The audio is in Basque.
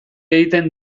egiten